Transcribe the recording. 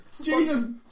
Jesus